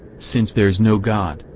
since there's no god,